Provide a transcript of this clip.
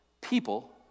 people